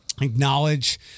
acknowledge